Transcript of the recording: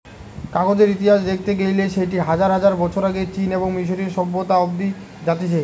কাগজের ইতিহাস দেখতে গেইলে সেটি হাজার হাজার বছর আগে চীন এবং মিশরীয় সভ্যতা অব্দি জাতিছে